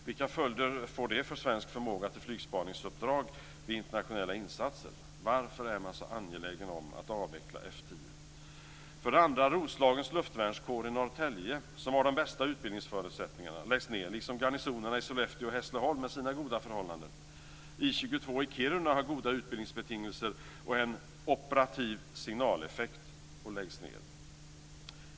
Vilka följder får det för svensk förmåga till flygspaningsuppdrag vid internationella insatser? Varför är man så angelägen om att avveckla F 10? För det andra: Roslagens luftvärnskår i Norrtälje, som har de bästa utbildningsförutsättningarna, läggs ned liksom garnisonerna i Sollefteå och Hässleholm med sina goda förhållanden. I 22 i Kiruna har goda utbildningsbetingelser och en "operativ signaleffekt" men läggs ned.